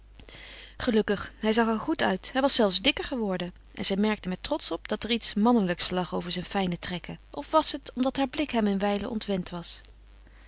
gelukkig hij zag er goed uit hij was zelfs dikker geworden en zij merkte met trots op dat er iets mannelijks lag over zijn fijne trekken of was het omdat haar blik hem een wijle ontwend was